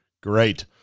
Great